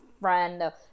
friend